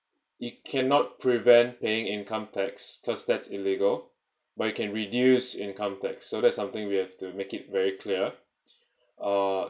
you cannot prevent paying income tax because that's illegal but you can reduce income tax so that's something we have to make it very clear uh